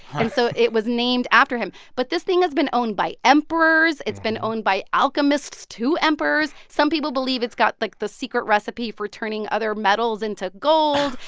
and so it was named after him. but this thing has been owned by emperors. it's been owned by alchemists to emperors. some people believe it's got, like, the secret recipe for turning other metals into gold.